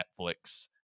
Netflix